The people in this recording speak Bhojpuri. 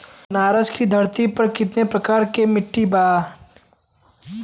बनारस की धरती पर कितना प्रकार के मिट्टी बा?